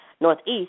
northeast